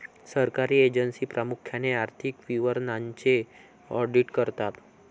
सरकारी एजन्सी प्रामुख्याने आर्थिक विवरणांचे ऑडिट करतात